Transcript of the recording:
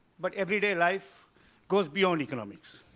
but everyday life goes beyond economics.